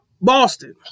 Boston